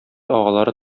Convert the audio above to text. агалары